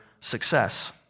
success